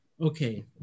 Okay